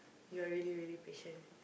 you're really really patient